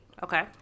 okay